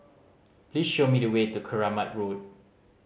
please show me the way to Keramat Road